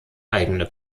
eigene